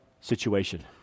situation